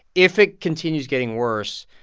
if it continues getting worse,